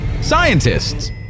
Scientists